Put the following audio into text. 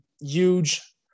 huge